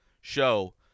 show